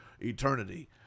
eternity